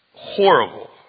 horrible